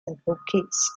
advocates